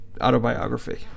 autobiography